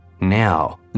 Now